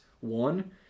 One